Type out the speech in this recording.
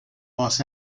los